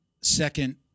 Second